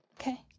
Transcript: Okay